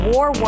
War